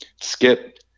skip